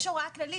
יש הוראה כללית,